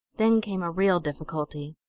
then came a real difficulty.